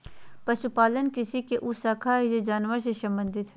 पशुपालन कृषि के उ शाखा हइ जे जानवर से संबंधित हइ